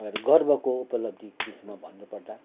गर्वको उपलब्धिको विषयमा भन्नुपर्दा